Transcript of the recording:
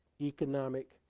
economic